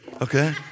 okay